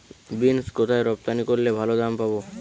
Beans কোথায় রপ্তানি করলে ভালো দাম পাব?